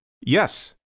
Yes